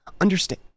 Understand